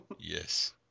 Yes